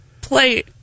play